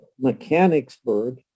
Mechanicsburg